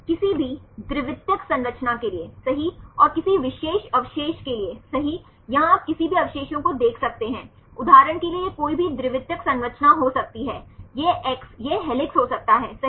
किसी भी द्वितीयक संरचना के लिए सही और किसी विशेष अवशेष के लिएसही यहाँ आप किसी भी अवशेषों को देख सकते हैं उदाहरण के लिए यह कोई भी द्वितीयक संरचना हो सकती है यह X यह हेलिक्स हो सकता है सही